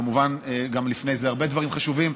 כמובן, גם לפני זה, הרבה דברים חשובים.